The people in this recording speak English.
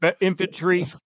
infantry